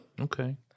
Okay